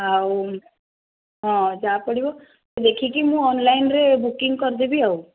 ଆଉ ହଁ ଯାହା ପଡ଼ିବ ଦେଖିକି ମୁଁ ଅନଲାଇନ ରେ ବୁକିଂ କରିଦେବି ଆଉ